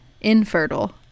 infertile